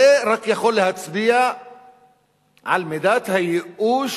זה רק יכול להצביע על מידת הייאוש,